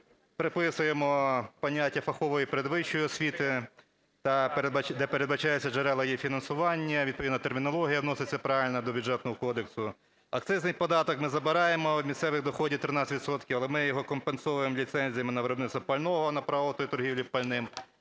ми приписуємо поняття фахової передвищої освіти, де передбачаються джерела її фінансування, відповідна термінологія вноситься правильна до Бюджетного кодексу. Акцизний податок ми забираємо місцевих доходів 13 відсотків, але ми його компенсуємо ліцензіями на виробництво пального, на право оптової торгівлі пальним.